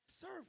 Serve